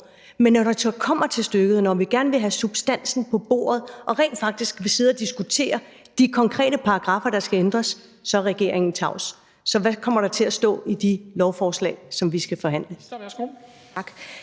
Men når det så kommer til stykket, og når vi gerne vil have substansen på bordet og rent faktisk vil sidde og diskutere de konkrete paragraffer, der skal ændres, så er regeringen tavs. Så hvad kommer der til at stå i de lovforslag, som vi skal forhandle?